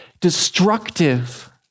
destructive